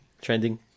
trending